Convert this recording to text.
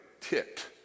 tipped